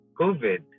COVID